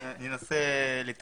אני אעלה חלק